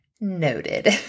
noted